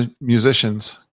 musicians